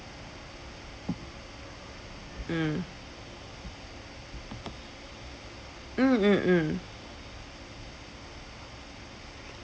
mm mm mm mm